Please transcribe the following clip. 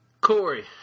Corey